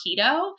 keto